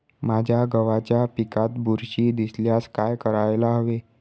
माझ्या गव्हाच्या पिकात बुरशी दिसल्यास काय करायला हवे?